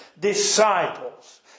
disciples